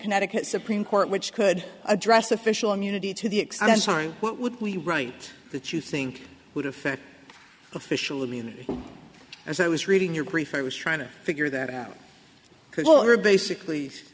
connecticut supreme court which could address official immunity to the extent time what would be right that you think would affect official immunity as i was reading your brief i was trying to figure that out because we're basically